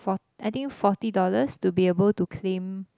for~ I think forty dollars to be able to claim